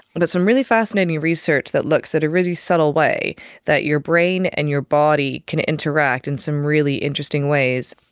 but there's some really fascinating research that looks at a really subtle way that your brain and your body can interact in some really interesting ways.